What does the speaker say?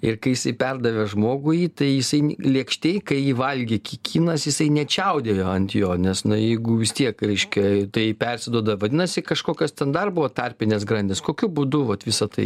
ir kai jisai perdavė žmogui jį tai jisai lėkštėj kai jį valgė kinas jisai nečiaudėjo ant jo nes na jeigu vis tiek reiškia tai persiduoda vadinasi kažkokios ten dar buvo tarpinės grandys kokiu būdu vat visa tai